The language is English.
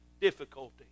difficulty